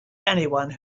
anyone